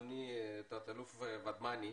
תת-אלוף ודמני,